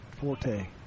Forte